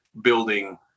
building